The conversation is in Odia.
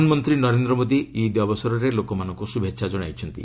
ପ୍ରଧାନମନ୍ତ୍ରୀ ନରେନ୍ଦ୍ର ମୋଦି ଇଦ୍ ଅବସରରେ ଲୋକମାନଙ୍କୁ ଶୁଭେଚ୍ଛା କଣାଇଛନ୍ତି